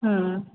हां